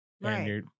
Right